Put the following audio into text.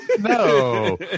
No